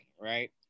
Right